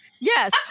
Yes